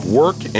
work